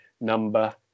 number